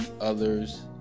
others